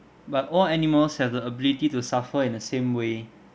but all animals have the ability to suffer in the same way